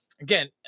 again